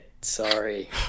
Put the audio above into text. sorry